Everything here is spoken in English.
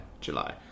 July